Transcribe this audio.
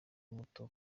muto